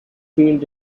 field